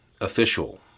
official